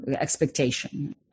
expectation